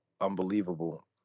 unbelievable